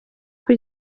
uko